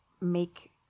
make